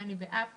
שאני בעד חיסונים,